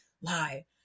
lie